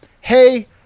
hey